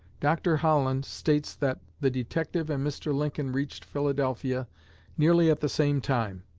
dr. holland states that the detective and mr. lincoln reached philadelphia nearly at the same time,